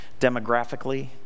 demographically